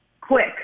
quick